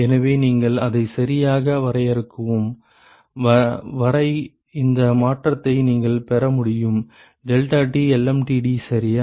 எனவே நீங்கள் அதை சரியாக வரையறுக்கும் வரை இந்த மாற்றத்தை நீங்கள் பெற முடியும் deltaTlmtd சரியா